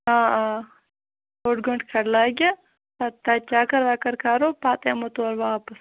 آ آ اوٚڑ گٲنٹہٕ کھَنڈ لَگہِ پَتہٕ تَتہِ چَکَر وَکَر کرو پَتہٕ یِمو تورٕ واپَس